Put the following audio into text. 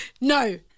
no